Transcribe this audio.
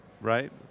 right